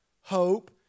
hope